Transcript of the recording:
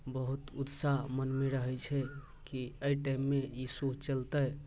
बहुत उत्साह मनमे रहैत छै कि एहि टाइममे ई शो चलतै